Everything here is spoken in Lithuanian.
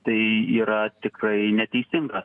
tai yra tikrai neteisinga